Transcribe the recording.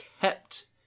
kept